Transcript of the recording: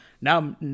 now